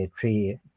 three